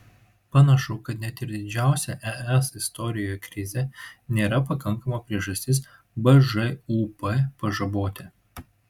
panašu kad net ir didžiausia es istorijoje krizė nėra pakankama priežastis bžūp pažaboti